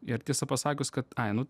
ir tiesą pasakius kad ai nu